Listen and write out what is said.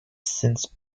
since